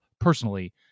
personally